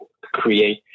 create